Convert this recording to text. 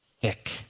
thick